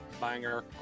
banger